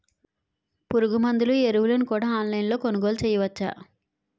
పురుగుమందులు ఎరువులను కూడా ఆన్లైన్ లొ కొనుగోలు చేయవచ్చా?